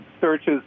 searches